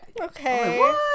Okay